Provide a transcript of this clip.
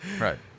right